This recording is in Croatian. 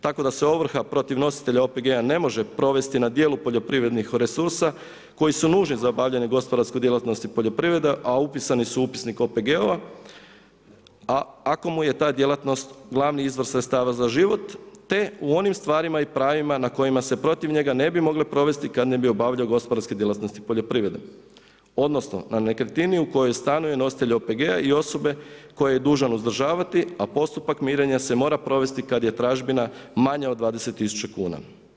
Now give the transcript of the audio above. Tako da se ovrha protiv nositelja OPG-a ne može provesti na djelu poljoprivrednih resursa koji su nužni za obavljanje gospodarske djelatnosti poljoprivrede a upisani su u upisnik OPG-ova a ako mu je ta djelatnost glavni izvor sredstava za život te u onim stvarima i pravima na kojima se protiv njega ne bi mogle provesti kad ne bi obavljao gospodarske djelatnosti poljoprivrede odnosno na nekretnini u kojoj stanuje nositelj OPG-a i osobe koju je dužan uzdržavati a postupak mirenja se mora provesti kad je tražbina manja od 20 000 kuna.